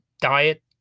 diet